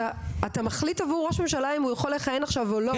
אתה מחליט עבור ראש ממשלה אם הוא יכול לכהן עכשיו או לא?